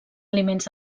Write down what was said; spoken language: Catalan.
aliments